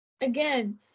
Again